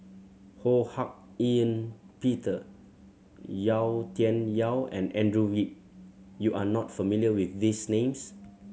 Ho Hak Ean Peter Yau Tian Yau and Andrew Yip you are not familiar with these names